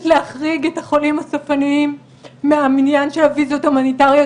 להחריג את החולים הסופניים מהמניין של הוויזות ההומניטאריות,